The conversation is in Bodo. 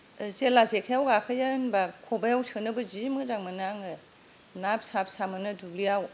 जेला जेखायाव गाखोयो होनब्ला खबायाव सोनोबो जि मोजां मोनो आङो ना फिसा फिसा मोनो दुब्लियाव